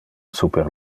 super